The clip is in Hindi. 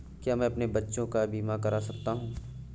क्या मैं अपने बच्चों का बीमा करा सकता हूँ?